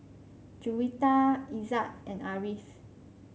Juwita Izzat and Ariff